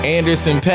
Anderson